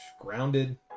Grounded